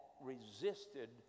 resisted